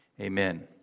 amen